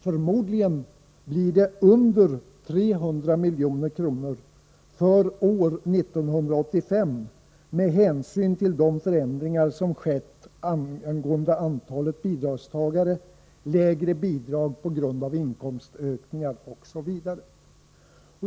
Förmodligen blir den mindre än 300 milj.kr. för år 1985, med hänsyn till de förändringar av antalet bidragstagare som skett, att bidragen blir mindre på grund av inkomstökningar osv.